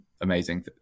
amazing